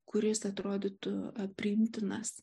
kuris atrodytų priimtinas